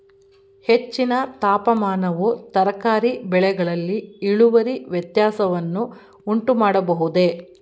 ಹೆಚ್ಚಿನ ತಾಪಮಾನವು ತರಕಾರಿ ಬೆಳೆಗಳಲ್ಲಿ ಇಳುವರಿ ವ್ಯತ್ಯಾಸವನ್ನು ಉಂಟುಮಾಡಬಹುದೇ?